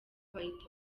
bahita